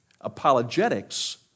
Apologetics